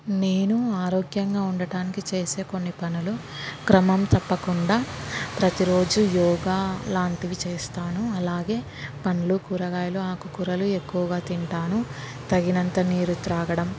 నేను ఆరోగ్యంగా ఉండడానికి చేసే కొన్ని పనులు క్రమం తప్పకుండా ప్రతిరోజు యోగా లాంటివి చేస్తాను అలాగే పండ్లు కూరగాయలు ఆకుకూరలు ఎక్కువగా తింటాను తగినంత నీరు త్రాగడం